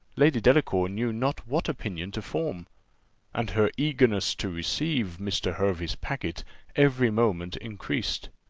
lady delacour knew not what opinion to form and her eagerness to receive mr. hervey's packet every moment increased.